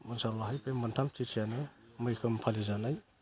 बैसागुआवहाय बे मोनथाम क्रिसियानो मैखोम फालिजानाय